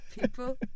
people